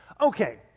Okay